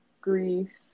Greece